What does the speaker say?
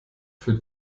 für